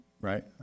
Right